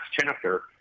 chapter